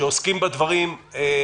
שעוסקים בדברים.